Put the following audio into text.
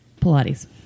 Pilates